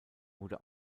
wurde